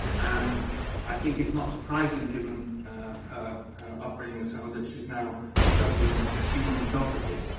and i think it's not surprising, given her upbringing sort of that she's now studying human geography.